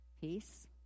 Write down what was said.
peace